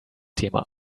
thema